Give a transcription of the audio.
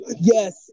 Yes